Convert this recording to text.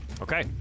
Okay